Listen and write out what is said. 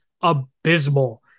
abysmal